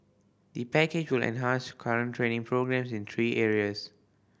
the package will enhance current training programmes in three areas